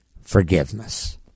forgiveness